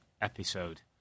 episode